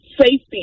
safety